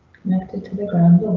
connected to the ground